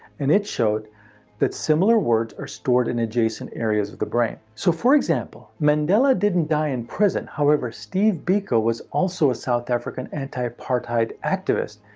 and it showed that similar words are stored in adjacent areas of the brain. so for example, mandela didn't die in prison, however, steve biko was also a south african anti-apartheid activist,